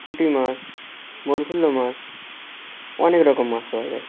পুঁটি মাছ খর খুলা মাছ অনেক রকম মাছ পাওয়া যায়